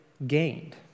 gained